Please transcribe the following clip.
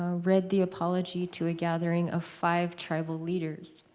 ah read the apology to a gathering of five tribal leaders.